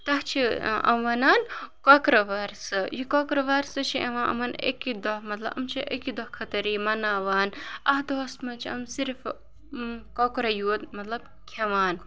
تَتھ چھِ یِم وَنان کۄکرٕ وَرسہٕ یہِ کۄکرٕ وَرسہٕ چھِ یِوان یِمَن ایٚکی دۄہ مطلب یِم چھِ أکہِ دۄہ خٲطرٕ یِم مَناوان اَتھ دۄہَس منٛز چھِ یِم صرف کۄکرَے یوت مطلب کھیٚوان